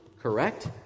correct